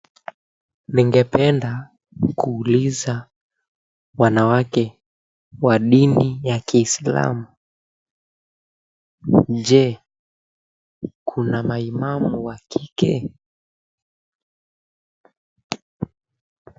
Ningependa kuuliza wanawake wa dini ya Kiislamu, je, kuna maimamu wa kike?